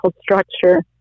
structure